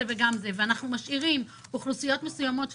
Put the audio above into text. זה וגם את זה ואנחנו משאירים אוכלוסיות מסוימות בחוץ,